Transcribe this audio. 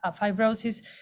fibrosis